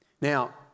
Now